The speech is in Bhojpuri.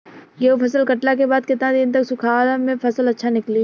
गेंहू फसल कटला के बाद केतना दिन तक सुखावला से फसल अच्छा निकली?